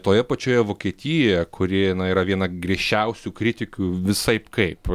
toje pačioje vokietijoje kuri na yra viena griežčiausių kritikių visaip kaip